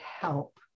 help